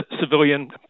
civilian